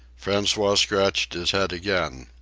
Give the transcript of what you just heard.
francois scratched his head again.